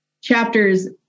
Chapters